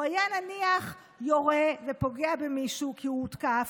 והוא היה נניח יורה ופוגע במישהו כי הוא הותקף,